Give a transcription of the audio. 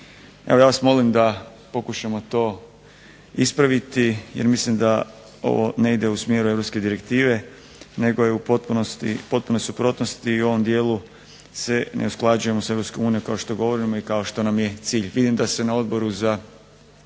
Evo ja vas molim da pokušate to ispraviti jer mislim da ovo ne ide u smjeru europske direktive nego je u potpunoj suprotnosti i u ovom dijeli se ne usklađuje s Europskom unijom kao što govorimo i kao što nam je cilj. Vidim da se na odboru već